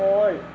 on